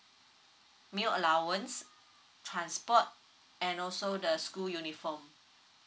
meal allowance transport and also the school uniform